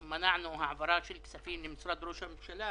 מנענו העברה של כספים למשרד ראש הממשלה